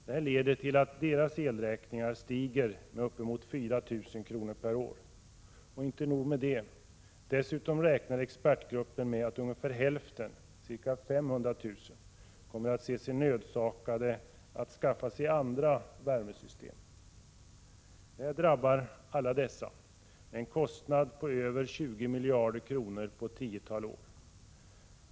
Det här leder till att deras elräkningar stiger med upp emot 4 000 kr. per år. Inte nog med det. Dessutom räknar expertgruppen med att ungefär hälften, ca 500 000, kommer att se sig nödsakade att skaffa sig andra värmesystem. En snabbare avveckling av kärnkraften än den vi har beslutat om drabbar alla dessa med en kostnad på över 20 miljarder kronor på ett tiotal år.